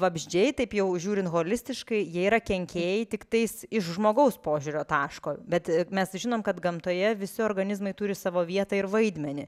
vabzdžiai taip jau žiūrint holistiškai jie yra kenkėjai tiktais iš žmogaus požiūrio taško bet mes žinom kad gamtoje visi organizmai turi savo vietą ir vaidmenį